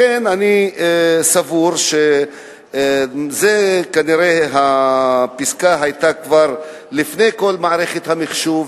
לכן אני סבור שכנראה הפסקה התקבלה לפני כל מערכת המחשוב,